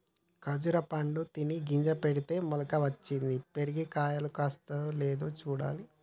ఖర్జురా పండు తిని గింజ పెడితే మొలక వచ్చింది, పెరిగి కాయలు కాస్తాయో లేదో చూడాలి